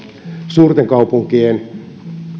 suurten kaupunkien